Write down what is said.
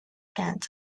bands